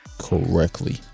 correctly